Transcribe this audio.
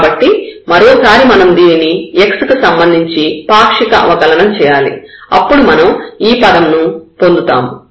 కాబట్టి మరోసారి మనం దీనిని x కి సంబంధించి పాక్షిక అవకలనం చేయాలి అప్పుడు మనం ఈ పదం ను పొందుతాము